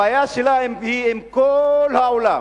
הבעיה שלה היא עם כל העולם.